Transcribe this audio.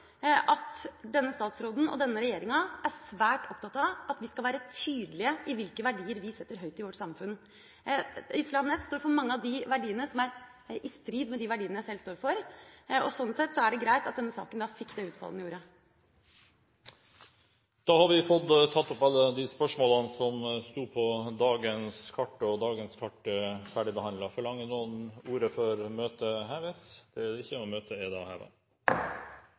at denne statsråden og denne regjeringa er svært opptatt av at vi skal være tydelige i hvilke verdier vi setter høyt i vårt samfunn. Islam Net står for mange av de verdiene som er i strid med de verdiene jeg sjøl står for, og sånn sett er det greit at denne saken fikk det utfallet den gjorde. Spørsmål 7 ble besvart etter spørsmål 2, og spørsmål 8 ble besvart etter spørsmål 5. Da har vi fått tatt opp alle de spørsmålene som sto på dagens kart. Det foreligger ikke noe referat. Dermed er dagens kart ferdigbehandlet. Forlanger noen om ordet før møtet